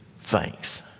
thanks